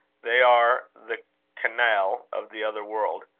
they are the canaille of the other world.